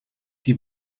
die